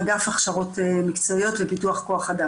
למה לא לאפשר את זה?